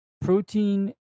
protein